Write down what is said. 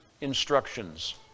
instructions